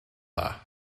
dda